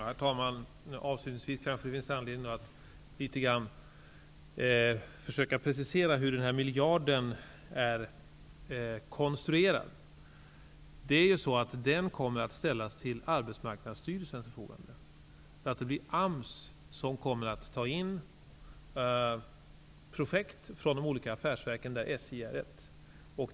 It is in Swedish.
Herr talman! Avslutningsvis kanske det finns anledning för mig att litet grand försöka precisera hur denna miljard så att säga är konstruerad. Den kommer att ställas till Arbetsmarknadsstyrelsens förfogande. Det blir alltså AMS som kommer att ta in projekt från de olika affärsverken, och SJ är ett av dem.